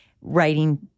writing